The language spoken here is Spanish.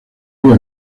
río